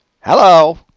hello